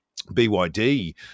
BYD